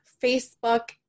Facebook